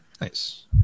Nice